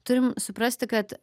turim suprasti kad